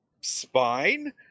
spine